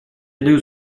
даю